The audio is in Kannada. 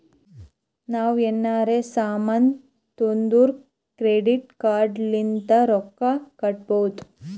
ನಾವ್ ಎನಾರೇ ಸಾಮಾನ್ ತೊಂಡುರ್ ಕ್ರೆಡಿಟ್ ಕಾರ್ಡ್ ಲಿಂತ್ ರೊಕ್ಕಾ ಕಟ್ಟಬೋದ್